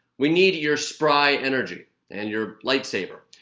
we need your spry energy and your lightsaber.